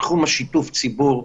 ובתחום שיתוף הציבור.